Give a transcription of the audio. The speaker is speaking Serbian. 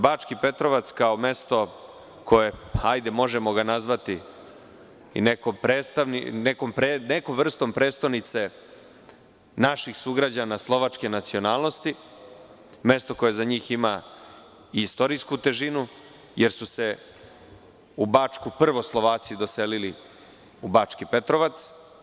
Bački Petrovac kao mesto koje, hajde možemo ga nazvati, je neka vrsta prestonice naših sugrađana slovačke nacionalnosti, mesto koje za njih ima istorijsku težinu jer su se u Bačku prvo Slovaci doselili, u Bački Petrovac.